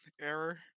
Error